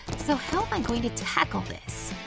so how am i going to tackle this?